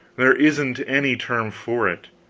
there isn't any term for it.